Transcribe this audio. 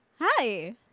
hi